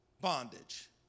bondage